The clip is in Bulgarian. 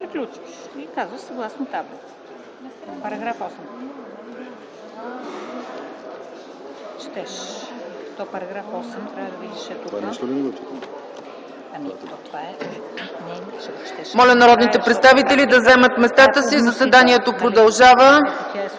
Моля народните представители да заемат местата си – заседанието продължава.